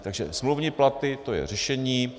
Takže smluvní platy, to je řešení.